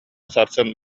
сарсын